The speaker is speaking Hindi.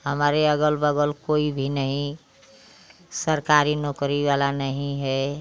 हमारे अगल बगल कोई भी नही सरकारी नौकरी वाला नही है